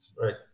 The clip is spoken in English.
Right